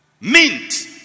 mint